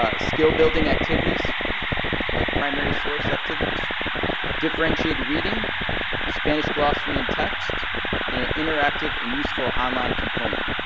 ah skill building activities like primary source activities differentiated reading spanish glossary and texts and an interactive and useful online component.